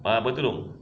ah bertudung